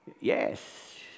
Yes